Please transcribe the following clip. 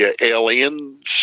aliens